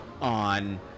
on